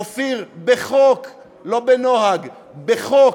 אופיר, בחוק, לא בנוהג, בחוק.